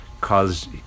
caused